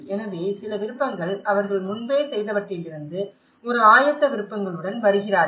எனவே சில விருப்பங்கள் அவர்கள் முன்பே செய்தவற்றிலிருந்து ஒரு ஆயத்த விருப்பங்களுடன் வருகிறார்கள்